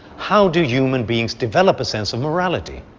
how do human beings develop a sense of morality?